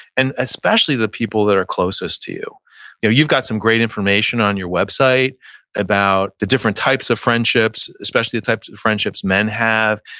and especially the people that are closest to you you know you've got some great information on your website about the different types of friendships, especially the types of friendships men have.